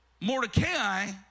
Mordecai